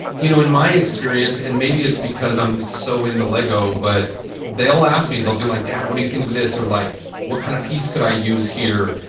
you know, in my experience and maybe it's because i'm so into lego, but they'll ask me, they'll be like dad, what do you think of this? or like what kind of piece could i use here?